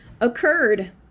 occurred